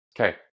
Okay